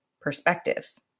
perspectives